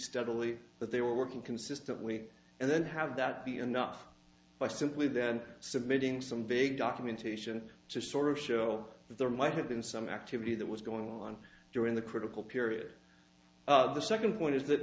steadily that they were working consistently and then have that be enough by simply then submitting some big documentation to sort of show that there might have been some activity that was going on during the critical period the second point is th